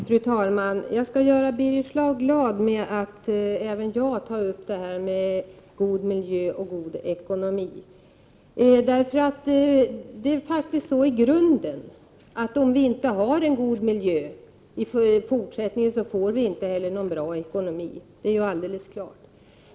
Fru talman! Jag skall göra Birger Schlaug glad genom att också jag ta upp god miljö och god ekonomi. Om vi i fortsättningen inte har en god miljö får vi inte heller någon bra ekonomi, det är alldeles klart.